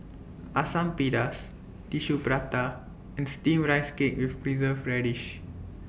Asam Pedas Tissue Prata and Steamed Rice Cake with Preserved Radish